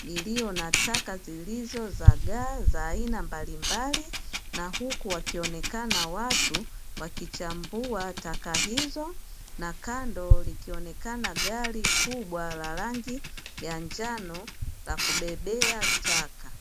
iliyo na taka zilizo zagaa za aina mbalimbali na huku wakionekana watu wakichambua taka hizo, na kando likionekana gari kubwa la rangi ya njano la kubebea taka.